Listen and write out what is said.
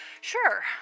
sure